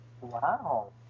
Wow